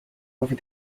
over